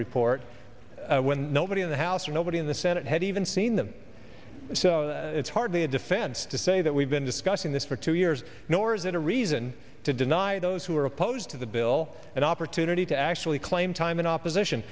report when nobody in the house or nobody in the senate had even seen them so it's hardly a defense to say that we've been discussing this for two years nor is it a reason to deny those who are opposed to the bill an opportunity to actually claim time in opposition